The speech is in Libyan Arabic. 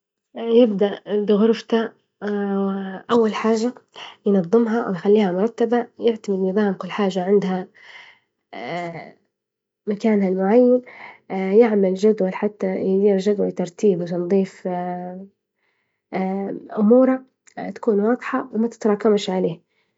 أ يبدأ بغرفته أول حاجة ينظمها ويخليها مرتبة، يعتني إن كل حاجة عندها مكانها المعين يعمل جدول حتى يدير جدول ترتيب وتنظيف أموره تكون واضحة ومتتراكمش علية.